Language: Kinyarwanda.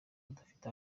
adafite